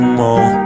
more